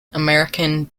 american